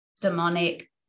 demonic